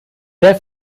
der